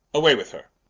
away with her,